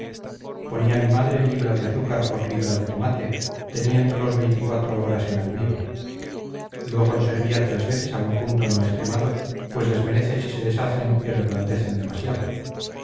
ponía mi madre libra de azúcar por libra de tomate teniéndolos veinticuatro horas en almíbar luego los hervía tres veces a un punto no extremado pues desmerece si se deshacen y reblandecen demasiado